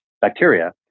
bacteria